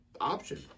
option